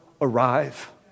arrive